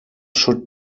should